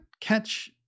catch